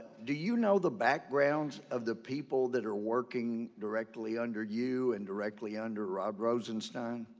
do you know the backgrounds of the people that are working directly under you, and directly under rob rosenstein?